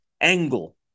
Angle